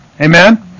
Amen